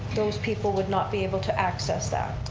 those people would not be able to access that.